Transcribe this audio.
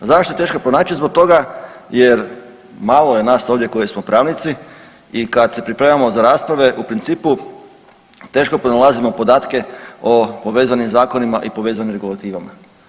Zašto je teško pronaći zbog toga jer malo je nas ovdje koji smo pravnici i kad se pripremamo za rasprave u principu teško pronalazimo podatke o povezanim Zakonima i povezanim Regulativama.